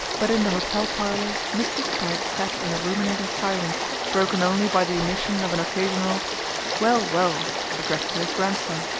but in the hotel parlour mr. spragg sat in a ruminating silence broken only by the emission of an occasional well well addressed to his grandson.